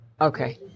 Okay